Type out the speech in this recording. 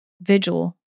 vigil